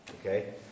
Okay